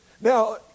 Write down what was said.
Now